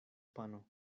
pano